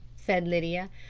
said lydia.